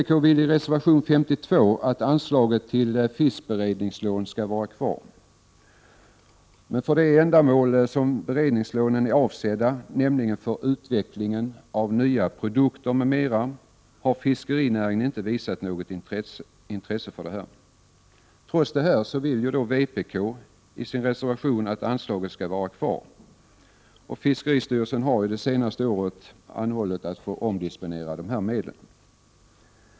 Vpk vill i reservation nr 52 att anslaget till fiskberedningslån skall vara kvar. För det ändamål som beredningslånen är avsedda, nämligen för utveckling av nya produkter m.m., har fiskerinäringen inte visat något intresse. Trots detta vill vpk i sin reservation att anslaget skall vara kvar. Fiskeristyrelsen har det senaste året anhållit om att få omdisponera dessa medel.